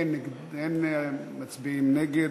אין מצביעים נגד.